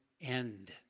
end